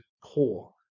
core